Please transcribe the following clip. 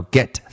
Get